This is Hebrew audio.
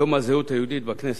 יום הזהות היהודית בכנסת.